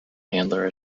handler